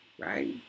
right